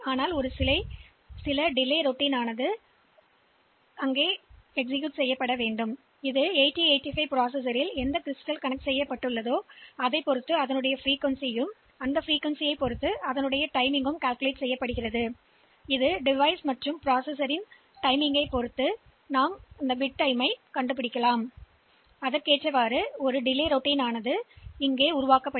எனவே 8085 செயலியுடன் இணைக்கப்பட்டுள்ள படிக வகைக்கான பிட் நேரம் என்ன என்பதைக் கண்டுபிடிப்பதன் மூலம் ஒரு சிறிய தாமத வழக்கத்தை நீங்கள் எழுதலாம் இது அதிர்வெண் பின்னர் நேரம் என்னவாக இருக்க வேண்டும் என்பதை நீங்கள் கண்டுபிடிக்கலாம் சாதனம் மற்றும் செயலி மற்றும் எல்லாவற்றிற்கும் இடையில் நீங்கள் இருக்க வேண்டும்